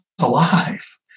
alive